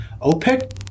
OPEC